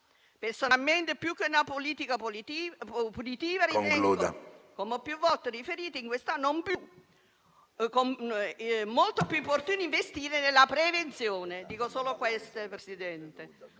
Presidente - più che una politica punitiva, come ho più volte riferito in quest'anno, ritengo molto più opportuno investire nella prevenzione,